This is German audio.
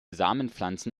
samenpflanzen